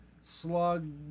Slug